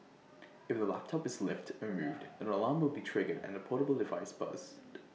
if the laptop is lifted or moved an alarm will be triggered and the portable device buzzed